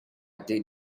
did